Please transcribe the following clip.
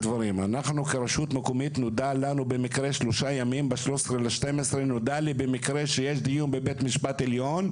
כרשות מקומית נודע לנו במקרה ב-13.12 שיש דיון בבית משפט עליון,